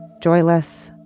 joyless